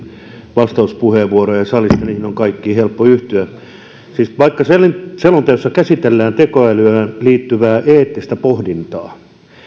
vastauspuheenvuoroja salissa niihin on kaikkiin helppo yhtyä vaikka selonteossa käsitellään tekoälyyn liittyvää eettistä pohdintaa